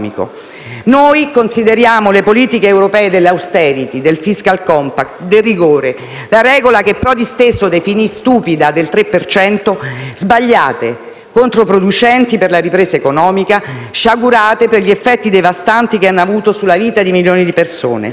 Noi consideriamo le politiche europee dell'*austerity*, del *fiscal compact* e del rigore, nonché la regola del 3 per cento, che Prodi stesso definirà stupida, sbagliate, controproducenti per la ripresa economica e sciagurate per gli effetti devastanti che hanno avuto sulla vita di milioni di persone